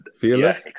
fearless